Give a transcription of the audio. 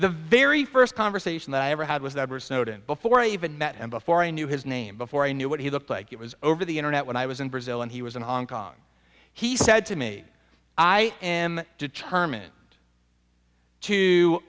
the very first conversation that i ever had was that was snowden before i even met him before i knew his name before i knew what he looked like it was over the internet when i was in brazil and he was in hong kong he said to me i am determined to